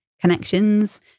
connections